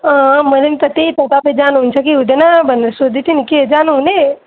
अँ मैले पनि त त्यही त तपाईँ जानुहुन्छ कि हुँदैन भनेर सोध्दै थिएँ नि के जानुहुने